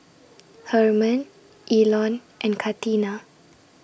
Hermon Elon and Katina